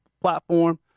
platform